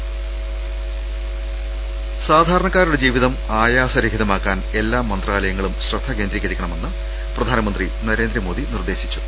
ൾ ൽ ൾ സാധാരണക്കാരുടെ ജീവിതം ആയാസരഹിതമാക്കാൻ എല്ലാ മന്ത്രാലയങ്ങളും ശ്രദ്ധ കേന്ദ്രീകരിക്കണമെന്ന് പ്രധാനമന്ത്രി നരേ ന്ദ്രമോദി നിർദേശിച്ചു